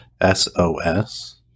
S-O-S